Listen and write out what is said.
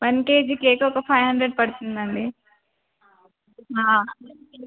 one KG cake ఒక five hundred పడుతుందండి